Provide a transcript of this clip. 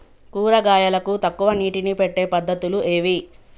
కూరగాయలకు తక్కువ నీటిని పెట్టే పద్దతులు ఏవి?